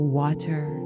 water